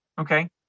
Okay